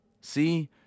See